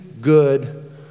good